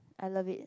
I love it